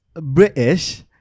British